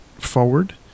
forward